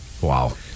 Wow